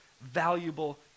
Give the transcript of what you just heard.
valuable